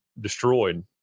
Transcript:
destroyed